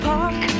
Park